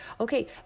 Okay